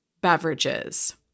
beverages